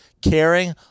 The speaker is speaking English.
caring